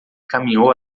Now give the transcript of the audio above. caminhou